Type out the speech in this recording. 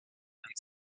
and